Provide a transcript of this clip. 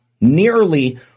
nearly